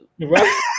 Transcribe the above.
Right